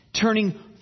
turning